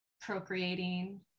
procreating